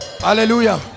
Hallelujah